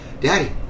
Daddy